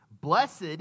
Blessed